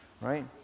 right